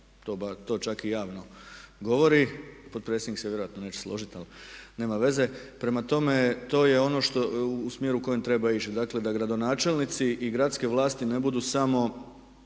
To čak i javno govori. Potpredsjednik se vjerojatno neće složit ali nema veze. Prema tome, to je ono u smjeru u kojem treba ići, dakle da gradonačelnici i gradske vlasti ne budu samo